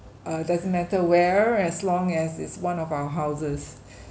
uh doesn't matter where as long as it's one of our houses